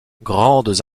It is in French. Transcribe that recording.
grandes